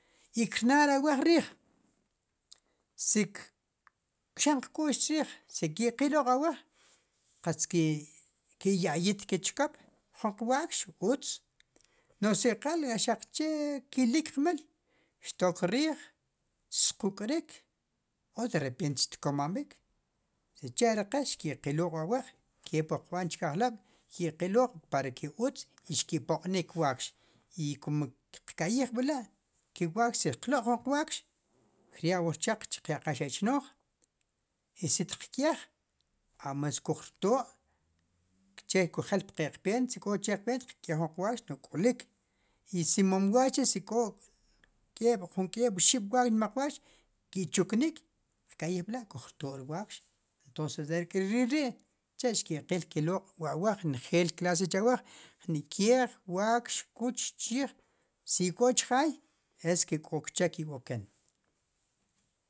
I kir na' ri awaj riij si kk'xen qk'ux chriij si ke qiloq' wu awaj qatz ki' ki yayit ki chkop jun qwakx utz nu si qal axaq che kilik kmal tok riij tsquk'rik o de repent xtkomamb'ik sicha' ri qe xke'qiloq' wu awaj kipwu qb'an chkiajk'lob' kiqeloq' para ke utz i xki' poq'nik wakx i kumu qka'yijb'la si xtqloq' jun wakx krya' wu rchaq qyaqaj xe' chnooj i si tiq k'eej amenos xkujrto' che xkujel pri kiqpeen si k'o che qpeen tqk'eej jun wakx nuj k'olik i si mom wakx chi si k'o k'eeb' jun k'eeb' oxib' nmaq wakx ki chuknik qka'yijb'la kujrto' ri wakx entons arek' ri lil ri' cha xqeqil ki looq' wu awaj nejel klas kinchawa' ri keej, wakx kuch chiij si ik'o chjaay eske k'o kcheq ik'oken